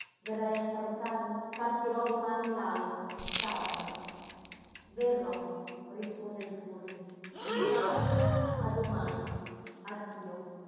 verrai a salutarmi partirò domani l'altro sabato verrò rispose il furri intanto a domani addio